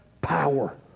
power